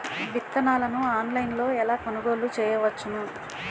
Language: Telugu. విత్తనాలను ఆన్లైన్లో ఎలా కొనుగోలు చేయవచ్చున?